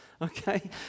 Okay